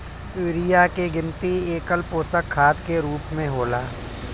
urea के गिनती एकल पोषक खाद के रूप में होला